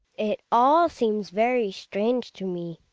it all seems very strange to me.